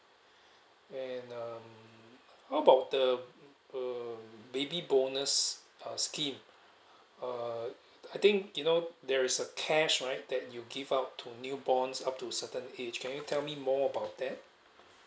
and um how about the um baby bonus uh scheme err I think you know there is a cash right that you give out to newborn up to certain age can you tell me more about that